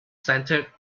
centred